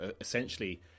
essentially